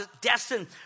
destined